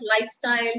lifestyle